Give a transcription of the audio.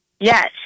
Yes